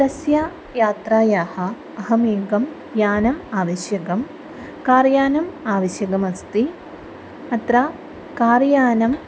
तस्य यात्रायाः अहमेकं यानम् आवश्यकं कार् यानम् आवश्यकमस्ति अत्र कार् यानम्